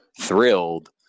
thrilled